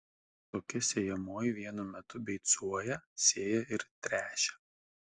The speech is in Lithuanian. tokia sėjamoji vienu metu beicuoja sėja ir tręšia